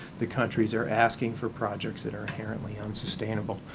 the countries are asking for projects that are inherently unsustainable.